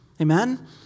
Amen